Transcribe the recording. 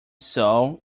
sow